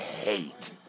hate